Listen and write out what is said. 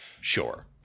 Sure